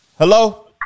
Hello